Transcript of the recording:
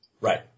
Right